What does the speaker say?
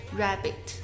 rabbit，